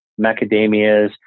Macadamias